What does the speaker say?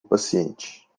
paciente